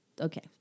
Okay